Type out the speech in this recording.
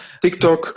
TikTok